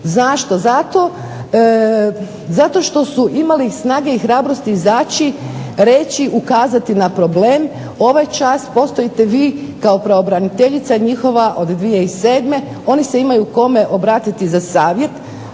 Zato što su imali snage i hrabrosti izaći, reći, ukazati na problem ovaj čas postojite vi kao pravobraniteljica njihova od 2007. oni se imaju kome obratiti za savjet,